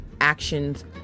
actions